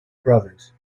brothers